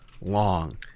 long